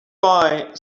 buy